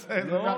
בסדר,